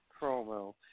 promo